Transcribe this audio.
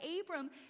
Abram